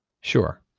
Sure